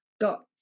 got